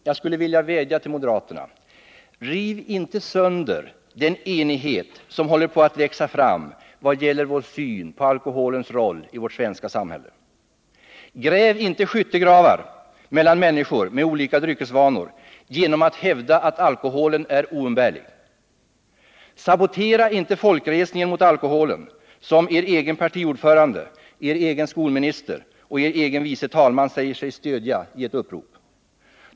Jag skulle vilja vädja till moderaterna: Riv inte sönder den enighet som håller på att växa fram vad gäller vår syn på alkoholens roll i vårt svenska samhälle! Gräv inte skyttegravar mellan människor med olika dryckesvanor genom att hävda att alkoholen är oumbärlig! Sabotera inte folkresningen mot alkoholen, som er egen partiordförande, er egen skolminister och er egen vice talman säger sig stödja i ett upprop!